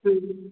ହୁଁ ହୁଁ